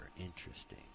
interesting